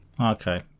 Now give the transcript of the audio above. Okay